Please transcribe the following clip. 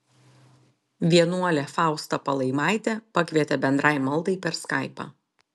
vienuolė fausta palaimaitė pakvietė bendrai maldai per skaipą